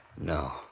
No